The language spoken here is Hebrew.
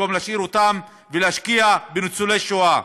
במקום להשאיר אותם ולהשקיע בניצולי השואה,